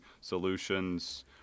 solutions